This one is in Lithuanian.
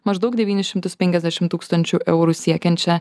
maždaug devynis šimtus penkiasdešim tūkstančių eurų siekiančią